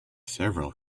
several